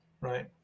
Right